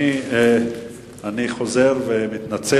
אני מתנצל.